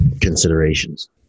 considerations